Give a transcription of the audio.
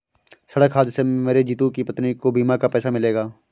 सड़क हादसे में मरे जितू की पत्नी को बीमा का पैसा मिलेगा